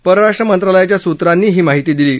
परराष्ट्र मंत्रालयाच्या सूत्रांनी ही माहिती दिली आहे